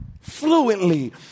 fluently